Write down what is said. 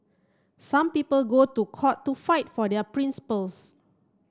some people go to court to fight for their principles